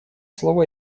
слово